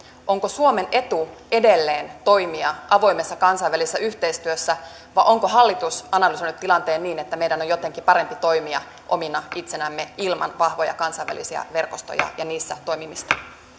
onko suomen etu edelleen toimia avoimessa kansainvälisessä yhteistyössä vai onko hallitus analysoinut tilanteen niin että meidän on jotenkin parempi toimia omina itsenämme ilman vahvoja kansainvälisiä verkostoja ja niissä toimimista